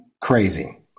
crazy